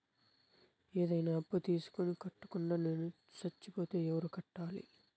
ఏదైనా అప్పు తీసుకొని కట్టకుండా నేను సచ్చిపోతే ఎవరు కట్టాలి?